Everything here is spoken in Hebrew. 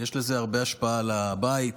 יש לזה הרבה השפעה על הבית,